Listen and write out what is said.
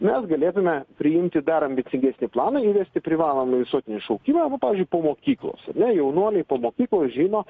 mes galėtume priimti dar ambicingesnį planą įvesti privalomą visuotinį šaukimą va pavyzdžiui po mokyklos ar ne jaunuoliai po mokyklos žino